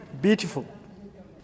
beautiful